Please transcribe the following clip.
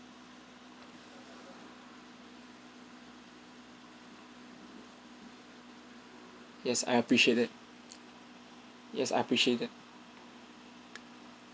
yes I appreciate it yes I appreciate it